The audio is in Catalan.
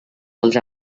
dels